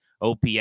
ops